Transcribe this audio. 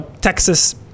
Texas